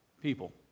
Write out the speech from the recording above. people